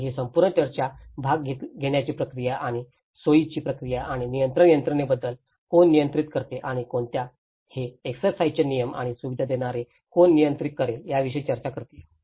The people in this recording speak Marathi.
आणि ही संपूर्ण चर्चा भाग घेण्याची प्रक्रिया आणि सोयीची प्रक्रिया आणि नियंत्रण यंत्रणेबद्दल कोण नियंत्रित करते आणि कोणत्या हे एक्सरसाईजचे नियम आणि सुविधा देणारे कोण नियंत्रित करेल याविषयी चर्चा करते